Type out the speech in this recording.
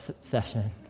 session